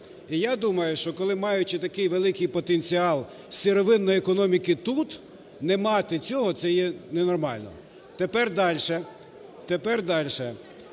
І я думаю, що, коли маючи такий великий потенціал сировинної економіки тут, не мати цього це є ненормально. Тепер далі.